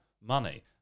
Money